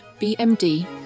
BMD